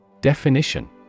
Definition